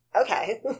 Okay